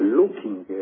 looking